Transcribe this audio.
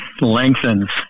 lengthens